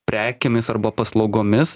prekėmis arba paslaugomis